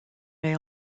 may